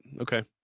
okay